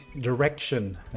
direction